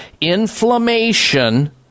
inflammation